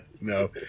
No